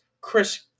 Chris